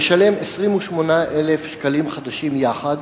לשלם 28,000 שקלים חדשים יחד,